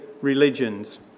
religions